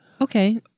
Okay